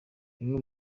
bimwe